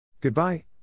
Goodbye